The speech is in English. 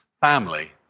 family